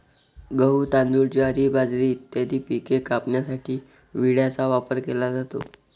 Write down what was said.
गहू, तांदूळ, ज्वारी, बाजरी इत्यादी पिके कापण्यासाठी विळ्याचा वापर केला जातो